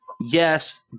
Yes